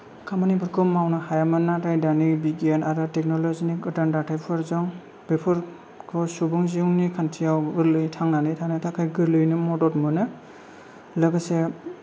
खामानिफोरखौ मावनो हायामोन नाथाय दानि बिगियान आरो टेकन'लजिनि गोदान दाथायफोरजों बेफोरखौ सुबुं जिउनि खान्थियाव गोर्लैयै थांनानै थानो थाखाय गोर्लैयैनो मदद मोनो लोगोसे